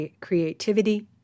creativity